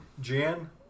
Jan